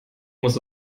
muss